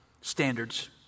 standards